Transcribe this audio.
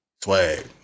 swag